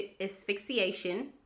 asphyxiation